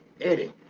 Eddie